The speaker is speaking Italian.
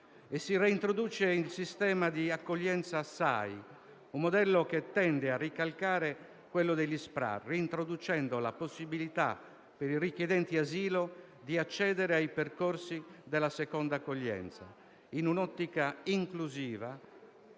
e si reintroduce il sistema di accoglienza e integrazione (SAI), un modello che tende a ricalcare quello degli SPRAR, reintroducendo la possibilità per i richiedenti asilo di accedere ai percorsi della seconda accoglienza, in un'ottica inclusiva